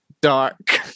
dark